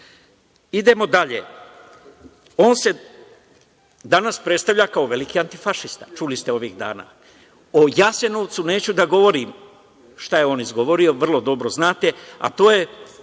dalje, on se danas predstavlja kao veliki antifašista, čuli ste ovih dana, o Jasenovcu neću da govorim šta je izgovorio, vrlo dobro znate, a to je